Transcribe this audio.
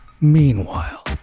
Meanwhile